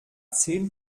zehn